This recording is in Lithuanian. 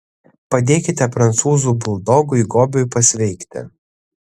padėkite prancūzų buldogui gobiui pasveikti